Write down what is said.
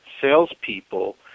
salespeople